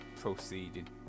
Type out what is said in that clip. proceeding